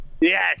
Yes